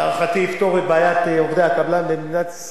להערכתי יפתור את בעיית עובדי הקבלן במדינת ישראל.